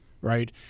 right